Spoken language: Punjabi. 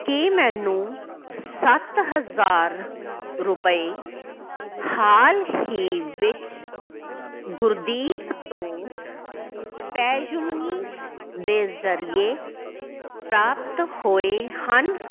ਕੀ ਮੈਨੂੰ ਸੱਤ ਹਜ਼ਾਰ ਰੁਪਏ ਹਾਲ ਹੀ ਵਿੱਚ ਗੁਰਦੀਪ ਤੋਂ ਪੈਯੁ ਮਨੀ ਦੇ ਜ਼ਰੀਏ ਪ੍ਰਾਪਤ ਹੋਏ ਹਨ